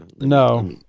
no